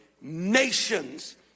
nations